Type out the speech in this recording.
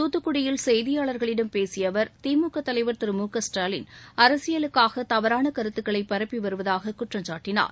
துத்துக்குடியில் செய்தியாளர்களிடம் பேசிய அவர் திமுக தலைவர் திரு மு க ஸ்டாலின் அரசியலுக்காக தவறான கருத்துக்களை பரப்பி வருவதாக குற்றம்சாட்டினார்